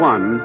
One